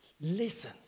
Listen